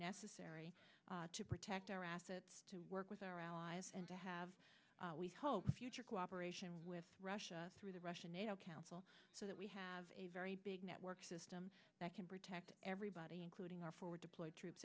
necessary to protect our assets to work with our allies and to have we hope a future cooperation with russia through the russian council so that we have a very big network system that can protect everybody including our forward deployed troops